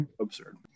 Absurd